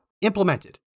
implemented